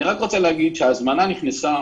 ההזמנה נכנסה